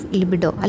libido